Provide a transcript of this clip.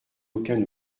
aucun